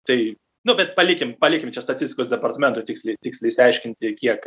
tai nu bet palikim palikim čia statistikos departamentui tiksliai tiksliai išsiaiškinti kiek